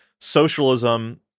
socialism